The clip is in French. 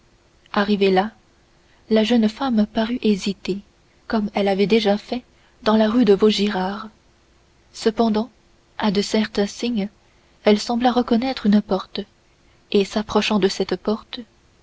arrivée là la jeune femme parut hésiter comme elle avait déjà fait dans la rue de vaugirard cependant à de certains signes elle sembla reconnaître une porte